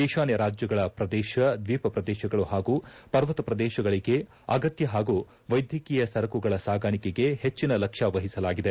ಈಶಾನ್ಯ ರಾಜ್ಯಗಳ ಪ್ರದೇಶ ದ್ವೀಪ ಪ್ರದೇಶಗಳು ಹಾಗೂ ಪರ್ವತ ಪ್ರದೇಶಗಳಿಗೆ ಅಗತ್ಯ ಹಾಗೂ ವೈದ್ಯಕೀಯ ಸರಕುಗಳ ಸಾಗಾಣಿಕೆಗೆ ಹೆಚ್ಚಿನ ಲಕ್ಷ್ಯ ವಹಿಸಲಾಗಿದೆ